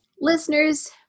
Listeners